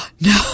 No